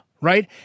right